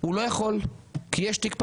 הוא לא יכול כי יש תיק פתוח.